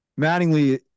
Mattingly